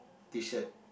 t-shirt